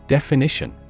Definition